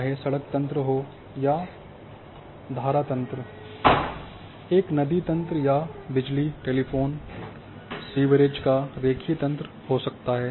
चाहे सड़क तंत्र हो या एक धारा तंत्र एक नदी तंत्र या बिजली टेलीफोन सीवरेज का रेखीय तंत्र हो सकता है